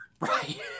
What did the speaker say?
Right